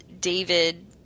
David